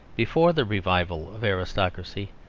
before the revival of aristocracy,